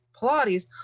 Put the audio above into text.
Pilates